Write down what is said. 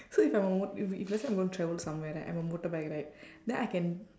so if I'm a mot~ if if let's say I'm going to travel somewhere right I'm a motorbike right then I can